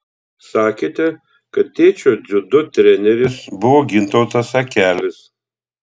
sakėte kad tėčio dziudo treneris buvo gintautas akelis